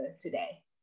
today